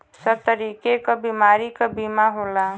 सब तरीके क बीमारी क बीमा होला